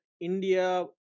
india